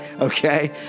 Okay